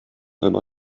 and